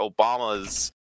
Obama's